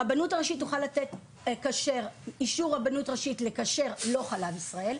הרבנות תוכל לתת אישור רבנות ראשית לכשר לא חלב ישראל,